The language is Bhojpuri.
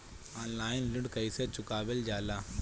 ऑनलाइन ऋण कईसे चुकावल जाला?